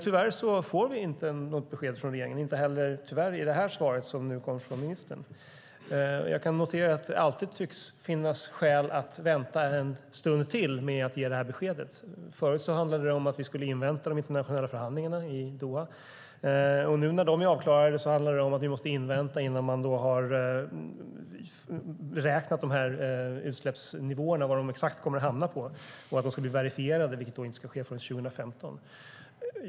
Tyvärr får vi inget besked från regeringen, inte heller i det svar som nu kom från ministern. Jag kan notera att det alltid tycks finnas skäl att vänta en stund till med att ge beskedet. Förut handlade det om att vi skulle invänta de internationella förhandlingarna i Doha, och nu när de är avklarade handlar det om att vi måste invänta att man har beräknat exakt vad utsläppsnivåerna kommer att hamna på. De ska bli verifierade, vilket inte ska ske förrän 2015.